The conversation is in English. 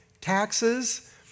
taxes